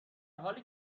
حالی